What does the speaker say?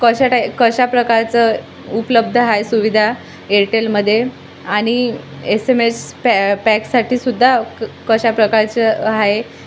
कशा टाई कशा प्रकारचं उपलब्ध आहे सुविधा एअरटेलमध्ये आणि एस एम एस पॅ पॅकसाठीसुद्धा क कशा प्रकारचं आहे